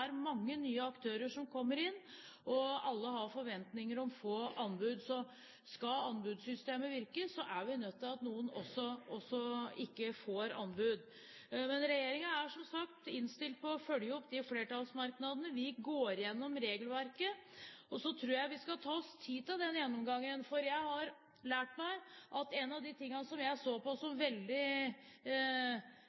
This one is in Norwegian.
er mange nye aktører som kommer inn, og alle har forventninger om å vinne anbud. Skal anbudssystemet virke, er vi også nødt til å godta at noen ikke vinner anbud. Men regjeringen er som sagt innstilt på å følge opp flertallsmerknadene. Vi går igjennom regelverket. Jeg tror vi skal ta oss tid til den gjennomgangen. Én av de tingene som jeg så på som